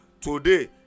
Today